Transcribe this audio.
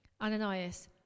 Ananias